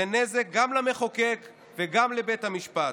זה נזק גם למחוקק וגם לבית המשפט.